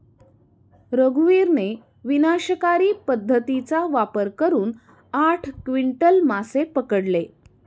रघुवीरने विनाशकारी पद्धतीचा वापर करून आठ क्विंटल मासे पकडले